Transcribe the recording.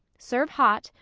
serve hot,